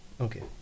Okay